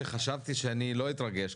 שחשבתי שאני לא אתרגש,